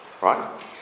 right